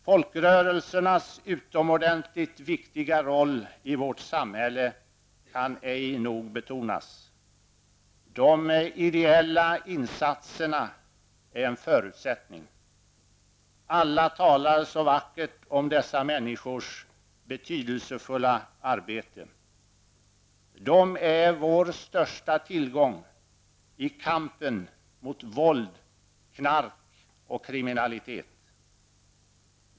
Folkrörelsernas utomordentligt viktiga roll i vårt samhälle kan ej nog betonas. De ideella insatserna är en förutsättning. Alla talar så vackert om dessa människors betydelsefulla arbete. De är vår största tillgång i kampen mot våld, knark och kriminalitet.